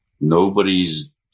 nobody's